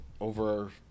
over